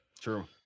true